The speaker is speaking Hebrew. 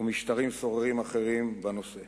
ומשטרים סוררים אחרים בנושא.